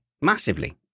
massively